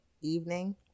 evening